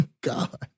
God